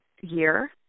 year